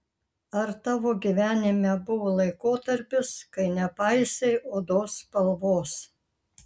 ar tavo gyvenime buvo laikotarpis kai nepaisei odos spalvos